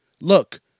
Look